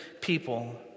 people